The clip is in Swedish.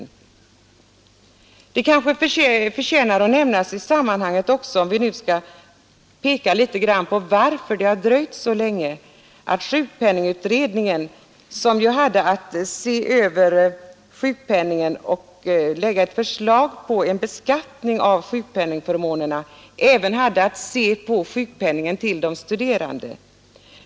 Om vi nu skall undersöka varför det har dröjt så länge kanske det i sammanhanget förtjänar att nämnas att sjukpenningutredningen, som hade att studera frågan och lägga fram ett förslag till beskattning av sjukpenningförmånerna, även hade att se på sjukpenningen till de studerande.